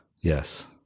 Yes